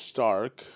Stark